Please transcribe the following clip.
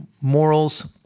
morals